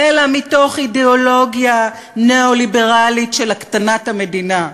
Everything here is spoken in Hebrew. אלא מתוך אידיאולוגיה ניאו-ליברלית של הקטנת המדינה.